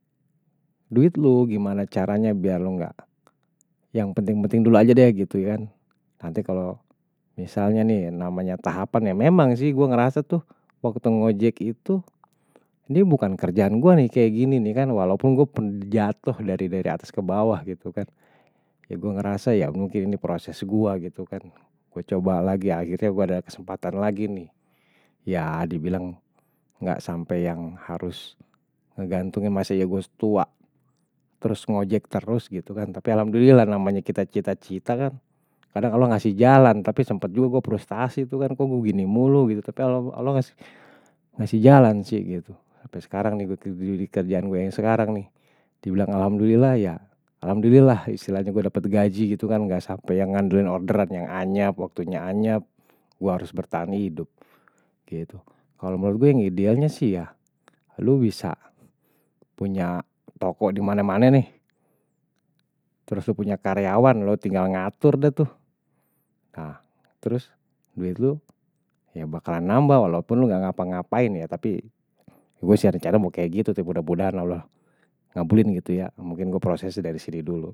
Duit lu, gimana caranya biar lu enggak, yang penting-penting dulu aja deh, gitu kan. Nanti kalau misalnya nih namanya tahapan, ya memang sih gue ngerasa tuh waktu ngobjek itu, ini bukan kerjaan gue nih kayak gini nih kan, walaupun gue pernah jatoh dari-dari atas ke bawah gitu kan. Ya gue ngerasa ya mungkin ini proses gue gitu kan. Gue coba lagi, akhirnya gue ada kesempatan lagi nih. Ya, dibilang nggak sampai yang harus ngegantungin masih aja gue tua, terus ngobjek terus gitu kan. Tapi alhamdulillah namanya kita cita-cita kan, kadang kalau ngasih jalan, tapi sempet juga gue prostasi itu kan, kok gue gini mulu gitu, tapi alhamdulillah ngasih jalan sih gitu. Sampai sekarang nih, dikerjaan gue yang sekarang nih, dibilang alhamdulillah ya, alhamdulillah istilahnya gue dapat gaji gitu kan, nggak sampai yang ngandelin orderan yang anyap, waktu yang anyap, gue harus bertahan hidup. Kalau menurut gue yang idealnya sih ya, lo bisa punya toko di mana-mana nih, terus lo punya karyawan, lo tinggal ngatur deh tuh. Terus, duit lo bakalan nambah walaupun lo nggak ngapa-ngapain ya, tapi gue sih rencanamu kayak gitu tuh, mudah-mudahan allah ngabulin gitu ya. Mungkin gue proses dari sini dulu.